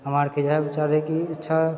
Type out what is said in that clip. हमराआरके इएह विचार है कि अच्छा